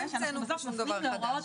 לא המצאנו בזה שום דבר חדש.